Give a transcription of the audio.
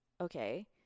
okay